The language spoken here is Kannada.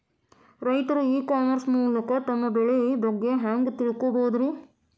ರೈತರು ಇ ಕಾಮರ್ಸ್ ಮೂಲಕ ತಮ್ಮ ಬೆಳಿ ಬಗ್ಗೆ ಹ್ಯಾಂಗ ತಿಳ್ಕೊಬಹುದ್ರೇ?